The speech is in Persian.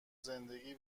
زندگی